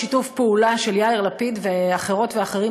בשיתוף פעולה של יאיר לפיד ואחרות ואחרים